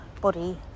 body